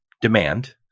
demand